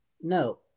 No